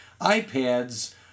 iPads